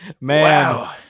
man